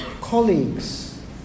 colleagues